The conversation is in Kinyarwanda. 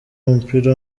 w’umupira